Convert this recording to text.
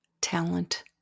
talent